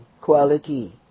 quality